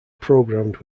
programmed